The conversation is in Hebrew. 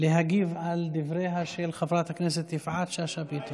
חבר הכנסת אבוטבול,